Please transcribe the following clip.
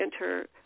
enter